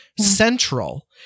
central